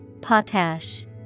Potash